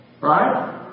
Right